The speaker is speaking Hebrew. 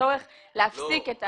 צורך להפסיק את הפעילות.